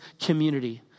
community